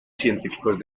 científicos